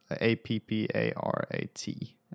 A-P-P-A-R-A-T